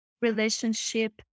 relationship